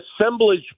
assemblage